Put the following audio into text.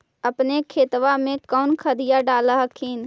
अपने खेतबा मे कौन खदिया डाल हखिन?